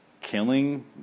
killing